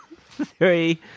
three